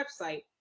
website